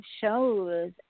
shows